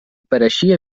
pareixia